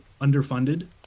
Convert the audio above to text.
underfunded